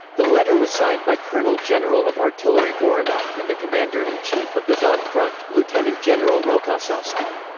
the letter was signed by colonel-general of artillery voronov and the commander-in-chief of the don front, lieutenant-general rokossovski.